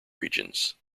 regions